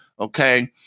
Okay